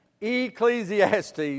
Ecclesiastes